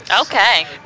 Okay